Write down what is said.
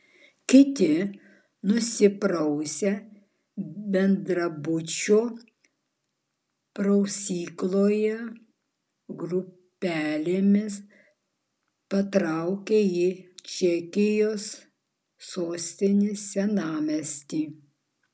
kiti nusiprausę bendrabučio prausykloje grupelėmis patraukė į čekijos sostinės senamiestį